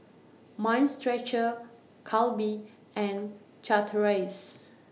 Mind Stretcher Calbee and Chateraise